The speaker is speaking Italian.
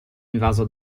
invaso